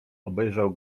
obejrzał